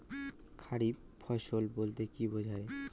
খারিফ ফসল বলতে কী বোঝায়?